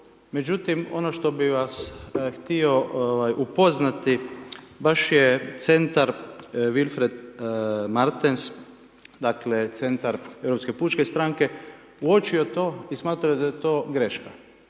Međutim, ono što bih vas htio upoznati, baš je Centar, Wilfried Martens, dakle Centar europske pučke stranke, uočio to i smatrao da je to greška,